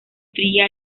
fría